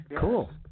Cool